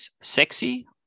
sexy